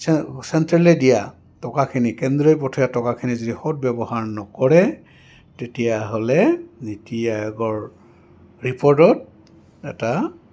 চেণ্ট্ৰলে দিয়া টকাখিনি কেন্দ্ৰই পথে টকাখিনি যদি সৎ ব্যৱহাৰ নকৰে তেতিয়াহ'লে নীতি আয়োগৰ ৰিপৰ্টত এটা